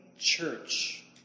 Church